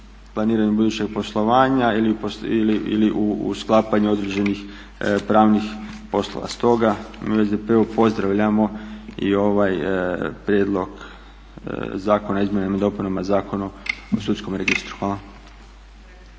planiranju budućeg poslovanja ili u sklapanju određenih pravnih poslova. Stoga mi u SDP-u pozdravljamo i ovaj Prijedlog zakona o izmjenama i dopunama Zakona o sudskom registru. Hvala.